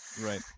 Right